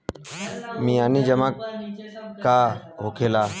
मियादी जमा का होखेला?